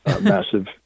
massive